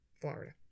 Florida